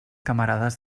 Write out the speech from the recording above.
camarades